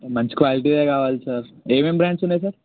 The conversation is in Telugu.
మంచి క్వాలిటీదే కావాలి సార్ ఏమేమి బ్రాండ్సున్నాయి సార్